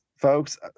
folks